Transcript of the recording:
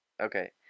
Okay